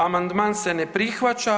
Amandman se ne prihvaća.